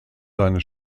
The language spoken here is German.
seine